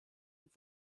und